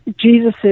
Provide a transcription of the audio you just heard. Jesus